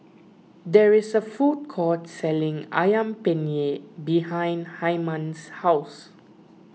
there is a food court selling Ayam Penyet behind Hyman's house